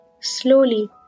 slowly